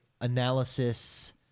analysis